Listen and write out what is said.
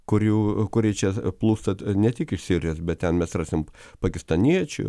kurių kurie čia plūsta ne tik iš sirijos bet ten mes rasim pakistaniečių